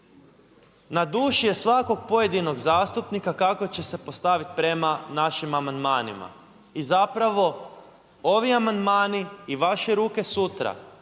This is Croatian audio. Na duši je svakog pojedinog zastupnika kako će se postaviti prema našim amandmanima. I zapravo ovi amandmani i vaše ruke sutra,